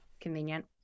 convenient